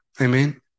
Amen